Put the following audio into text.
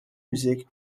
music